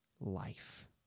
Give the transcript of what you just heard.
life